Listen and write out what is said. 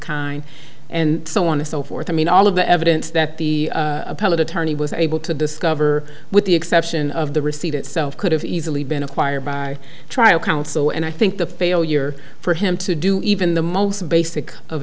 kind and so on and so forth i mean all of the evidence that the appellate attorney was able to discover with the exception of the receipt itself could have easily been acquired by trial counsel and i think the failure for him to do even the most basic of